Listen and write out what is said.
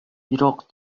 бирок